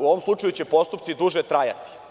ovom slučaju će postupci duže trajati.